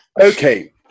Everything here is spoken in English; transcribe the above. okay